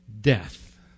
death